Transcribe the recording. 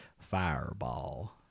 fireball